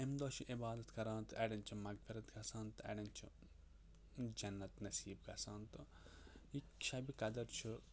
اَمہِ دۄہ چھِ عبادت کَران تہٕ اَڑٮ۪ن چھِ مغفرت گژھان تہٕ اَڑٮ۪ن چھُ جنت نصیٖب گژھان تہٕ یہِ شَبہِ قدر چھُ